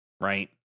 right